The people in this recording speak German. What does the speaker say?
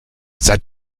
seit